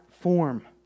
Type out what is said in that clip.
form